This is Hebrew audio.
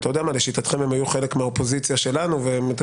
לשיטתכם הם היו חלק מהאופוזיציה שלנו ואתם